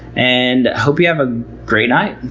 and hope you have a great night.